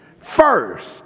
first